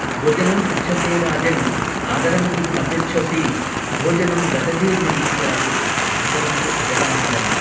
भोजनं पृच्छसे राजन् आदरं किं न पृच्छसि भोजनं गतजीर्णं स्यात् आदरंतु अजरामरम्